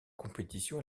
compétition